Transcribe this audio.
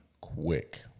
quick